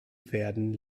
pferden